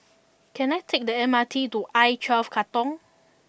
can I take the M R T to I Twelve Katong